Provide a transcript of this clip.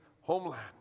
homeland